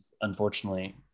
Unfortunately